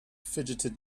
fidgeted